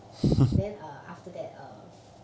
then err after that err